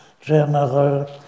general